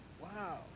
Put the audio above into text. Wow